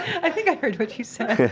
i think i heard what you said.